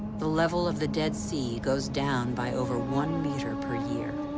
the level of the dead sea goes down by over one meter per year.